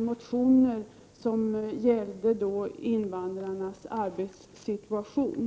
motioner som gällde invandrarnas arbetssituation.